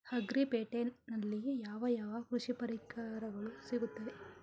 Agri ಪೇಟೆನಲ್ಲಿ ಯಾವ ಯಾವ ಕೃಷಿ ಪರಿಕರಗಳು ಸಿಗುತ್ತವೆ?